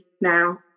now